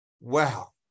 Wow